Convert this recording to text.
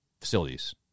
facilities